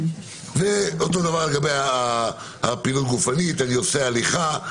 אותו דבר לגבי הפעילות הגופנית "אני עושה הליכה,